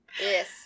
Yes